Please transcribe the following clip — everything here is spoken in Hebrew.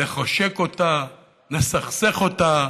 נחשק אותה, נסכסך אותה,